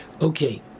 Okay